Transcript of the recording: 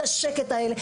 את השקט הזה.